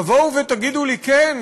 תבואו ותגידו לי: כן,